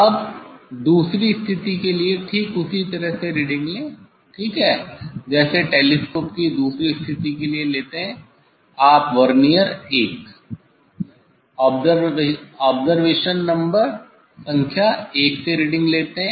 अब दूसरी स्थिति के लिए ठीक उसी तरह रीडिंग लें ठीक है जैसे टेलीस्कोप की दूसरी स्थिति के लिए लेते हैं आप वर्नियर 1 ऑब्जरवेशन नंबर संख्या 1 से रीडिंग लेते हैं